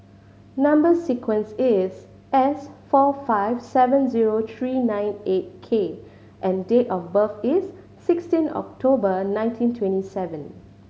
number sequence is S four five seven zero three nine eight K and date of birth is sixteen October nineteen twenty seven